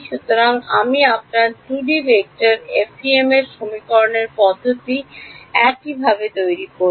সুতরাং আপনি আপনার 2 ডি ভেক্টর এফইএম এ সমীকরণের পদ্ধতিটি এইভাবে তৈরি করেন